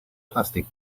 plastic